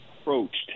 approached